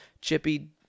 chippy